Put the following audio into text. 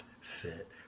fit